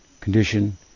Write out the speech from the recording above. condition